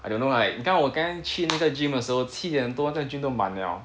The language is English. I don't know like 你看我刚刚去那个 gym 的时候七点多那个 gym 都满了